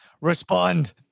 Respond